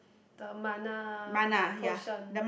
the mana potion